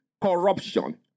corruption